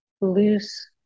loose